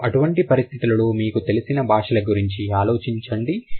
మరియు అటువంటి పరిస్థితులలో మీకు తెలిసిన భాషల గురించి ఆలోచించండి